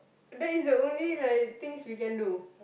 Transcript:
that is the only like things we can do